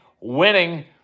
winning